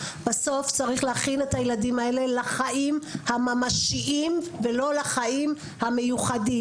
בסוף צריך להכין את הילדים האלה לחיים הממשיים ולא לחיים המיוחדים.